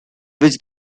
which